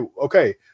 Okay